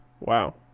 Wow